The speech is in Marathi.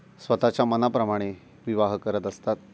स्वतःच्या मनाप्रमाणे विवाह करत असतात